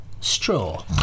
straw